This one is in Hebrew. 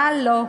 הלו,